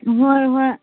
ꯍꯣꯏ ꯍꯣꯏ